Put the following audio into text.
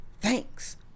Thanks